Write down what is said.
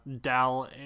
Dal